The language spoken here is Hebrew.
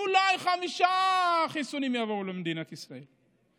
אולי חמישה חיסונים יגיעו למדינת ישראל.